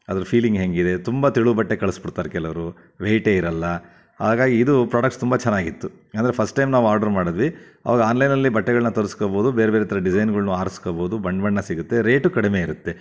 ಅದರ ಫೀಲಿಂಗ್ ಹೇಗಿದೆ ತುಂಬ ತೆಳು ಬಟ್ಟೆ ಕಳ್ಸ್ಬಿಡ್ತಾರೆ ಕೆಲವರು ವೈಟೇ ಇರಲ್ಲ ಹಾಗಾಗಿ ಇದು ಪ್ರಾಡಕ್ಟ್ಸ್ ತುಂಬ ಚೆನ್ನಾಗಿತ್ತು ಅಂದರೆ ಫಸ್ಟ್ ಟೈಮ್ ನಾವು ಆರ್ಡರ್ ಮಾಡದ್ವಿ ಆವಾಗ ಆನ್ಲೈನಲ್ಲಿ ಬಟ್ಟೆಗಳನ್ನ ತರ್ಸ್ಕಬೋದು ಬೇರೆ ಬೇರೆ ಥರದ ಡಿಸೈನ್ಗಳನ್ನೂ ಆರ್ಸ್ಕಬೋದು ಬಣ್ಣ ಬಣ್ಣ ಸಿಗತ್ತೆ ರೇಟೂ ಕಡಿಮೆ ಇರುತ್ತೆ